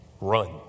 Run